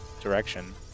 direction